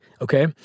okay